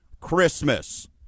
christmas